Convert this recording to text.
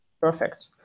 Perfect